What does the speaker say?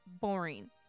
boring